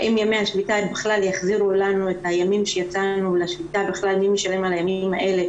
האם יחזירו לנו את ימי השביתה ומי משלם על הימים האלה?